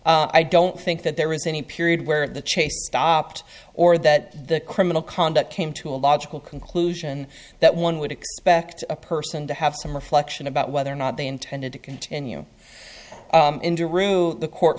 that i don't think that there is any period where the chase stopped or that the criminal conduct came to a logical conclusion that one would expect a person to have some reflection about whether or not they intended to continue into rue the court